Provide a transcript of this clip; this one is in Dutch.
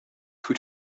goed